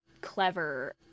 clever